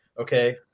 Okay